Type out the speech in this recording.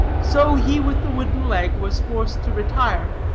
so he with the wooden leg was forced to retire